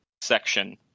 section